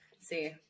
See